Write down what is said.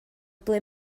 ble